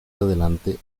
adelante